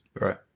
Right